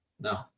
No